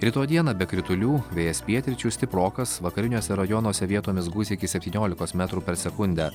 rytoj dieną be kritulių vėjas pietryčių stiprokas vakariniuose rajonuose vietomis gūsiai iki septyniolikos metrų per sekundę